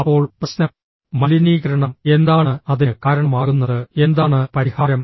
അപ്പോൾ പ്രശ്നം മലിനീകരണം എന്താണ് അതിന് കാരണമാകുന്നത് എന്താണ് പരിഹാരം